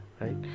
right